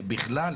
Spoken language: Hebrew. בכלל,